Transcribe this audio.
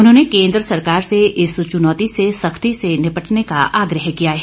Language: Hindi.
उन्होंने केंद्र सरकार से इस चुनौती से सख्ती से निपटने का आग्रह किया है